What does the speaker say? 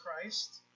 Christ